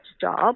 job